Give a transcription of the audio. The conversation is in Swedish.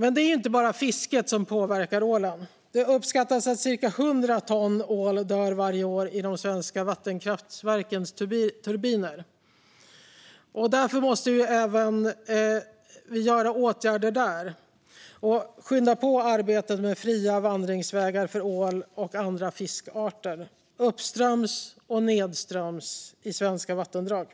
Men det är ju inte bara fisket som påverkar ålen. Det uppskattas att cirka 100 ton ål dör varje år i de svenska vattenkraftverkens turbiner. Därför måste vi vidta åtgärder även där och skynda på arbetet med fria vandringsvägar för ål och andra fiskarter uppströms och nedströms i svenska vattendrag.